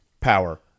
power